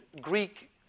Greek